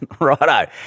Righto